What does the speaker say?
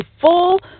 full